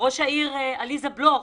העיר עליזה בלוך,